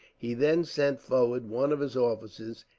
he then sent forward one of his officers,